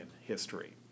history